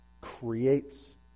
creates